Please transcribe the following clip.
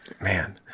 Man